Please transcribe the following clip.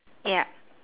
ya